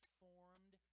formed